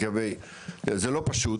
זה לא פשוט,